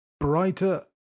Brighter